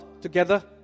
together